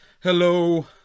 Hello